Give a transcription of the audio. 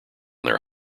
their